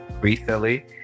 recently